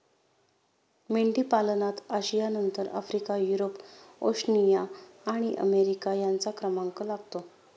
मेंढीपालनात आशियानंतर Africa, Europe, Oceania आणि अमेरिका यांचा क्रमांक लागतो